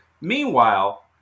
Meanwhile